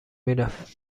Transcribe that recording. میرفت